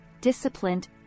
disciplined